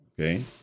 Okay